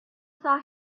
saw